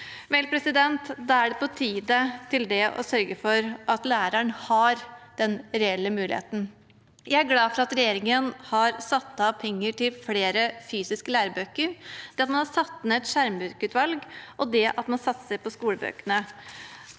tilgjengelig. Da er det på tide å sørge for at læreren har den reelle muligheten. Jeg er glad for at regjeringen har satt av penger til flere fysiske lærebøker, at man har satt ned et skjermbrukutvalg, og at man satser på skolebøkene.